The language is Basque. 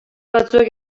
batzuek